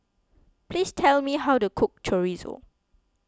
please tell me how to cook Chorizo